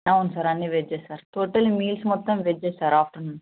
అవును సార్ అన్ని వెజ్జే సార్ టోటలీ మీల్స్ మొత్తం వెజ్జే సార్ ఆఫ్టర్నూన్